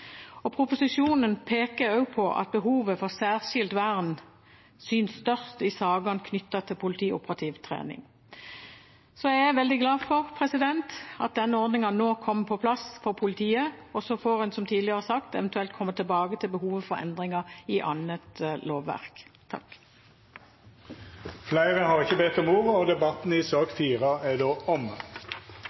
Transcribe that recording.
Proposisjonen peker også på at behovet for særskilt vern synes størst i saker knyttet til politioperativ trening. Jeg er veldig glad for at denne ordningen nå kommer på plass for politiet, og så får man – som tidligere sagt – eventuelt komme tilbake til behovet for endringer i annet lovverk. Fleire har ikkje bedt om ordet til sak nr. 4. Etter ønske frå justiskomiteen vil presidenten ordna debatten